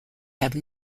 have